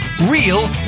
Real